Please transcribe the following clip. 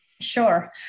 Sure